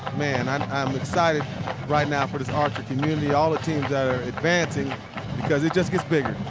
man, i'm i'm excited right now for this archer community, all the teams that are advancing because it just gets bigger.